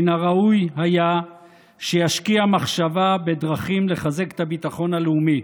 מן הראוי היה שישקיע מחשבה בדרכים לחזק את הביטחון הלאומי,